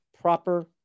proper